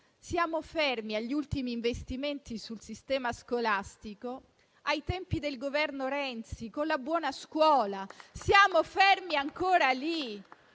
siamo fermi agli ultimi investimenti sul sistema scolastico dei tempi del Governo Renzi, con la cosiddetta legge buona scuola. Siamo fermi ancora lì.